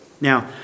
Now